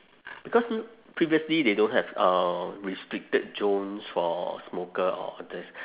because previously they don't have uh restricted zones for smoker all this